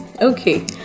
Okay